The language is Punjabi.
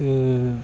ਅਤੇ